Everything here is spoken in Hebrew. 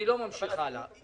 אני לא ממשיך הלאה.